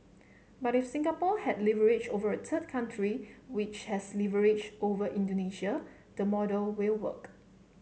but if Singapore has leverage over a third country which has leverage over Indonesia the model will work